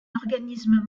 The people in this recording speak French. organisme